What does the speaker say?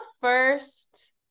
first